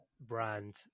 brand